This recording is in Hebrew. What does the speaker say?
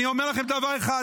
אני אומר לכם דבר אחד.